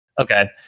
Okay